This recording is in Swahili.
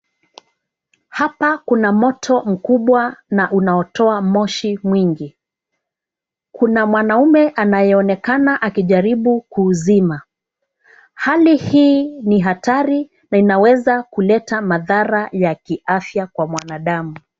Hapa kuna moto mkubwa na unaotoa moshi mwingi. Kuna mwanaume anayeonekana akijaribu kuuzima. Hali hii ni hatari na inaweza kuleta madhara ya kiafya kwa mwanadamu.